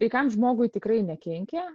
sveikam žmogui tikrai nekenkia